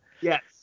Yes